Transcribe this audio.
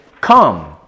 Come